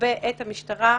מגבה את המשטרה.